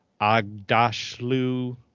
Agdashlu